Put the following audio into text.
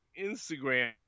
Instagram